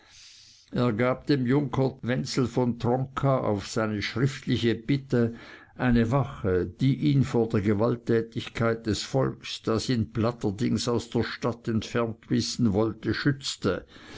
er gab dem junker wenzel von tronka auf seine schriftliche bitte eine wache die ihn vor der gewalttätigkeit des volks das ihn platterdings aus der stadt entfernt wissen wollte schützte